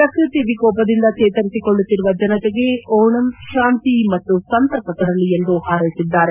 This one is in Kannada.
ಪ್ರಕೃತಿ ವಿಕೋಪದಿಂದ ಚೇತರಿಸಿಕೊಳ್ಳುತ್ತಿರುವ ಜನತೆಗೆ ಓಣಂ ಶಾಂತಿ ಮತ್ತು ಸಂತಸ ತರಲಿ ಎಂದು ಪಾರೈಸಿದ್ದಾರೆ